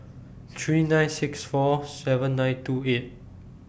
three nine six four seven nine two eight